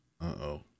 uh-oh